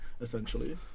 essentially